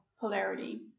polarity